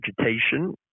vegetation